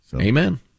Amen